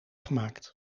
gemaakt